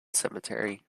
cemetery